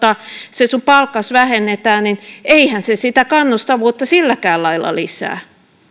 sinun palkkasi vähennetään niin eihän se sitä kannustavuutta silläkään lailla lisää